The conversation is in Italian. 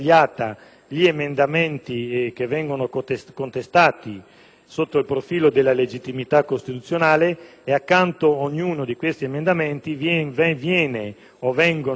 sotto il profilo della legittimità costituzionale e, accanto ad ognuno di essi, sono segnalati gli articoli della Costituzione che si ritengono violati.